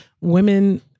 women